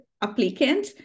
applicant